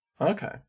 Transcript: Okay